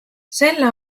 selle